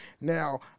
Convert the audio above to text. Now